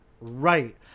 right